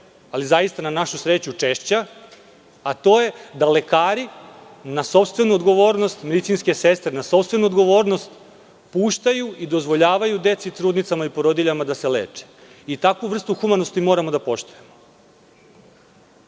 ali zaista na našu sreću, češća, a to je da lekari na sopstvenu odgovornost, medicinske sestre na sopstvenu odgovornost, puštaju i dozvoljavaju deci, trudnicama i porodiljama da se leče. Takvu vrstu humanosti moramo da poštujemo.